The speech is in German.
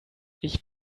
ich